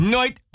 Nooit